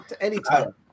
Anytime